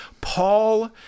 Paul